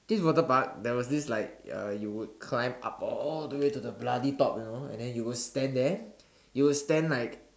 this water park there was this like uh you would climb up all the way to the bloody top you know and then you will stand there you will stand like